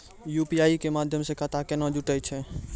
UPI के माध्यम से खाता केना जुटैय छै?